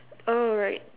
oh right